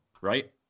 right